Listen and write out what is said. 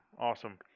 Awesome